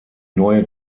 neue